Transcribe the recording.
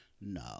No